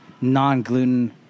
non-gluten